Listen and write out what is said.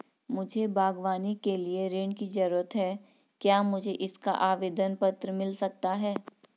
मुझे बागवानी के लिए ऋण की ज़रूरत है क्या मुझे इसका आवेदन पत्र मिल सकता है?